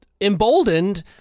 emboldened